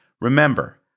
Remember